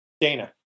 dana